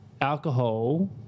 alcohol